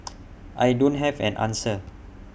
I don't have an answer